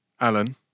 Alan